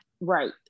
Right